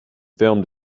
filmed